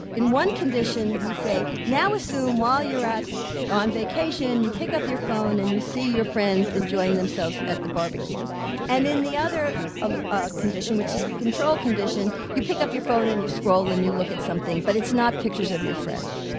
in one condition, we say now assume while you're on vacation, you pick up your phone and you see your friends enjoying themselves at the barbecue and in the other ah ah condition, which is the controlled condition, you pick up your phone and you scroll and you look at something, but it's not pictures of your friends.